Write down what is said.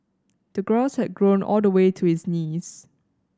the grass had grown all the way to his knees